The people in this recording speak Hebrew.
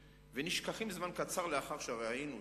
ונשכחים זמן קצר לאחר שראינו אותם.